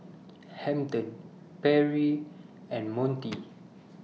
Hampton Perri and Montie